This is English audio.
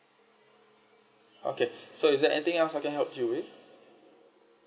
okay so is there anything else I can help you with